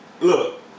Look